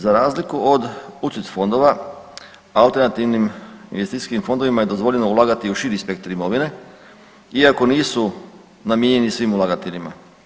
Za razliku od UCITS fondova alternativnim investicijskim fondovima je dozvoljeno ulagati i u širi spektar imovine iako nisu namijenjeni svim ulagateljima.